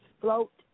float